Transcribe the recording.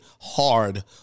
hard